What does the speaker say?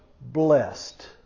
blessed